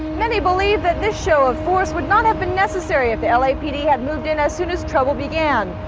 many believe that this show of force would not have been necessary if the lapd had moved in as soon as trouble began.